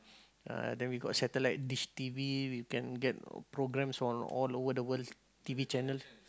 uh then we got satellite dish t_v we can get programmes from all over the world t_v channel